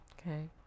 Okay